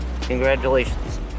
Congratulations